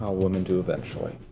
all women do eventually.